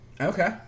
Okay